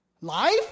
Life